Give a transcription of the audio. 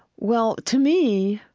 well, to me,